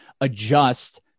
adjust